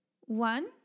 one